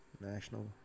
National